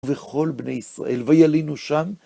וכל בני ישראל, וילינו שם.